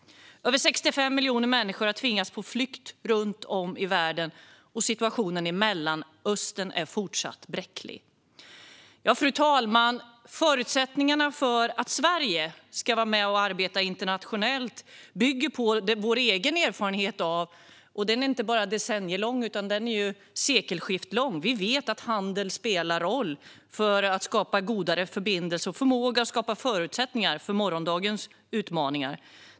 Över 65 miljoner människor har tvingats på flykt runt om i världen, och situationen i Mellanöstern är fortfarande bräcklig. Fru talman! Förutsättningarna för att Sverige ska vara med och arbeta internationellt bygger på vår egen erfarenhet. Den är inte bara decennielång, utan den är sekelskifteslång. Vi vet att handel spelar en roll för att skapa godare förbindelser och förutsättningar för morgondagens utmaningar.